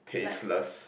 like